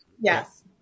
Yes